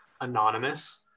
anonymous